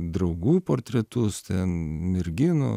draugų portretus ten merginų